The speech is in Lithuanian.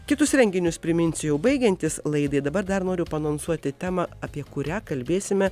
kitus renginius priminsiu jau baigiantis laidai dabar dar noriu paanonsuoti temą apie kurią kalbėsime